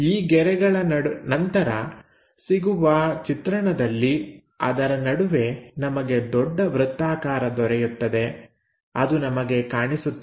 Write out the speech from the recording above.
ಈ ಗೆರೆಗಳ ನಂತರ ಸಿಗುವ ಚಿತ್ರಣದಲ್ಲಿ ಅದರ ನಡುವೆ ನಮಗೆ ದೊಡ್ಡ ವೃತ್ತಾಕಾರ ದೊರೆಯುತ್ತದೆ ಅದು ನಮಗೆ ಕಾಣಿಸುತ್ತದೆ